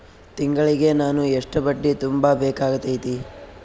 ತಿಂಗಳಿಗೆ ನಾನು ಎಷ್ಟ ಬಡ್ಡಿ ತುಂಬಾ ಬೇಕಾಗತೈತಿ?